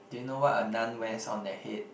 do you know what a nun wears on their head